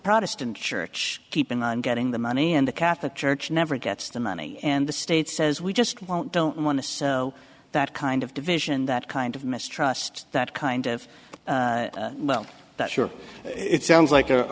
protestant church keep an eye on getting the money and the catholic church never gets the money and the state says we just won't don't want to so that kind of division that kind of mistrust that kind of well that sure it sounds like a